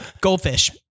goldfish